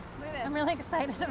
i'm really excited